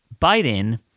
Biden